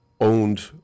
owned